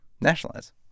nationalize